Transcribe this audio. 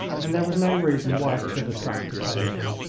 and there was no reason why it should attract attention.